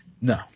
No